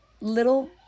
little